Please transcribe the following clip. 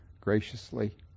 graciously